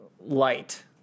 light